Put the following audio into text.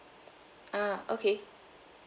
ah okay